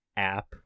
app